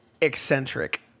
eccentric